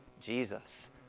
Jesus